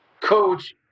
coach